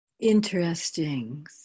Interesting